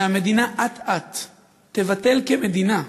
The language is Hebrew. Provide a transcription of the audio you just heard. שהמדינה אט-אט תבטל, כמדינה,